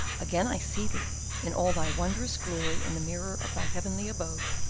again i see thee in all thy wondrous glory in the mirror of thy heavenly abode,